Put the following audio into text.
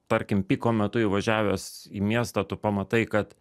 tarkim piko metu įvažiavęs į miestą tu pamatai kad